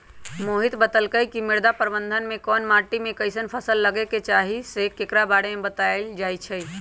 मोहित बतलकई कि मृदा प्रबंधन में कोन माटी में कईसन फसल लगे के चाहि ई स के बारे में बतलाएल जाई छई